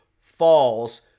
falls